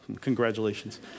Congratulations